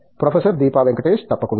professor Deepa Venkatesh తప్పకుండా